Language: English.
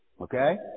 Okay